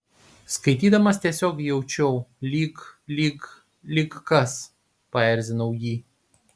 skaitydamas tiesiog jaučiau lyg lyg lyg kas paerzinau jį